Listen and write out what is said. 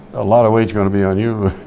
a lot of weight's gonna be on you